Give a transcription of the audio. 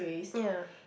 ya